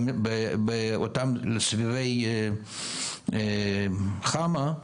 באותם סבבי חמ"ע,